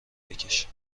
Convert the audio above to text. بکش